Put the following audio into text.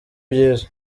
byiza